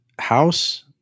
House